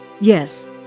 Yes